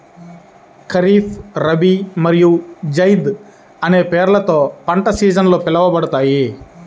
ఖరీఫ్, రబీ మరియు జైద్ అనే పేర్లతో పంట సీజన్లు పిలవబడతాయి